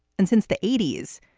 and since the eighty s,